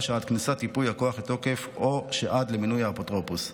שעד כניסת ייפוי הכוח לתוקף או שעד למינוי האפוטרופוס.